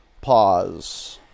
pause